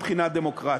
מבחינה דמוקרטית.